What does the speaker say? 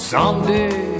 Someday